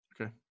Okay